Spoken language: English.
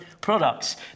products